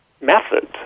method